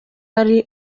ari